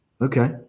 Okay